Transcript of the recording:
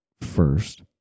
first